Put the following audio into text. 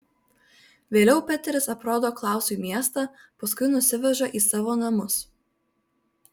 vėliau peteris aprodo klausui miestą paskui nusiveža į savo namus